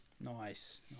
Nice